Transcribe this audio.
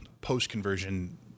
post-conversion